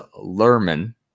Lerman